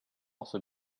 also